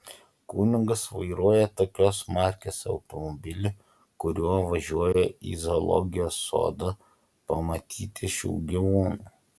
kunigas vairuoja tokios markės automobilį kuriuo važiuoja į zoologijos sodą pamatyti šių gyvūnų